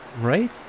right